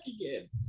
again